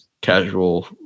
casual